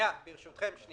אם בן